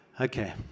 Okay